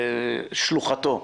שאת שלוחתו.